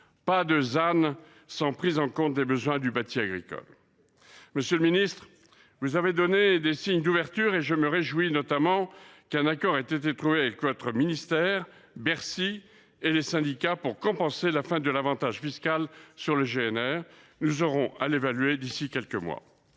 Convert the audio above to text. nette (ZAN) sans prise en compte des besoins du bâti agricole. Monsieur le ministre, vous avez donné des signes d’ouverture. Je me réjouis notamment qu’un accord ait été trouvé entre votre ministère, Bercy et les syndicats pour compenser la fin de l’avantage fiscal sur le GNR. Nous aurons à l’évaluer d’ici quelques mois.